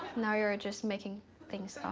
now you are just making things